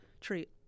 treat